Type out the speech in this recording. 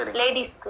ladies